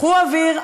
קחו אוויר,